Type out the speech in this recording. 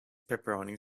pepperoni